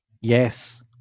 Yes